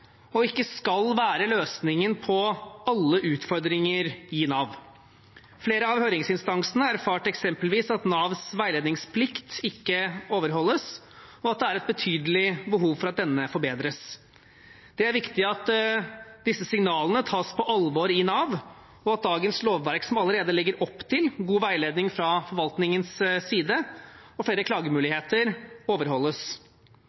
og ikke skal være løsningen på alle utfordringer i Nav. Flere av høringsinstansene erfarte eksempelvis at Navs veiledningsplikt ikke overholdes, og at det er et betydelig behov for at denne forbedres. Det er viktig at disse signalene tas på alvor i Nav, og at dagens lovverk, som allerede legger opp til god veiledning fra forvaltningens side og flere